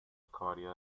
acabaría